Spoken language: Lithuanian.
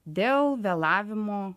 dėl vėlavimo